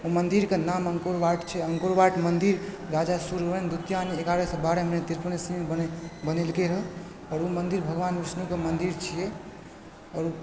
ओ मन्दिरके नाम अंकोरवाट छै अंकोरवाट मन्दिर राजा सूर्यवर्मन द्वितीय एगारह सए बारहमे तिरपन ईस्वीमे बनेलकय हँ आओर ओ मन्दिर भगवान विष्णुके मन्दिर छियै आओर